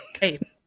Hey